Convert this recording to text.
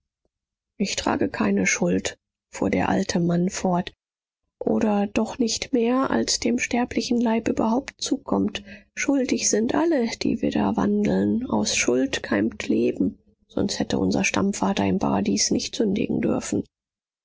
ich trage keine schuld fuhr der alte mann fort oder doch nicht mehr als dem sterblichen leib überhaupt zukommt schuldig sind alle die wir da wandeln aus schuld keimt leben sonst hätte unser stammvater im paradies nicht sündigen dürfen